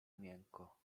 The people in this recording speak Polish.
miękko